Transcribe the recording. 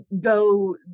go